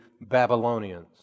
Babylonians